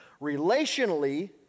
relationally